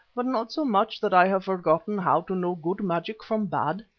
but not so much that i have forgotten how to know good magic from bad.